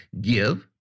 Give